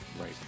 Right